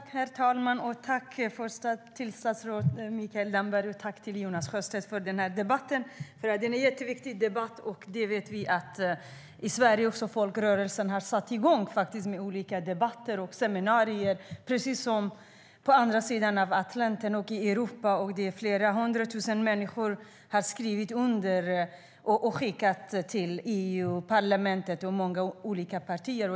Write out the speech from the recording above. Herr talman! Jag tackar statsrådet Mikael Damberg, och jag tackar Jonas Sjöstedt för den här debatten. Det är nämligen en jätteviktig debatt. Vi vet att folkrörelsen i Sverige har satt igång med olika debatter och seminarier, precis som på andra sidan av Atlanten i Europa. Det är flera hundratusen människor som har skrivit under protester och skickat dem till EU-parlamentet och många olika partier.